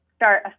start